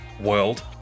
World